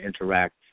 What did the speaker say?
interact